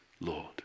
Lord